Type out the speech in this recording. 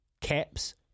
Caps